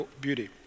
beauty